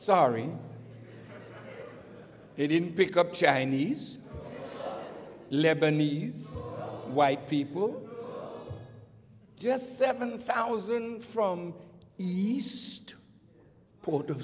sorry they didn't pick up chinese lebanese white people just seven thousand from east port of